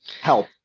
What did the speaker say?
Help